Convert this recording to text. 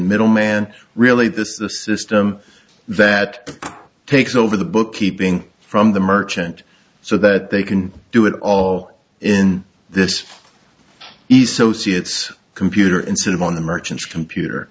middleman really the system that takes over the bookkeeping from the merchant so that they can do it all in this ease so see it's computer instead of on the merchants computer